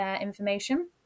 information